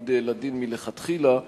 להעמיד לדין מלכתחילה.